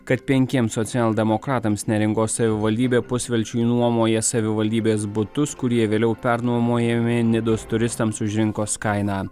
kad penkiems socialdemokratams neringos savivaldybė pusvelčiui nuomoja savivaldybės butus kurie vėliau pernuomojami nidos turistams už rinkos kainą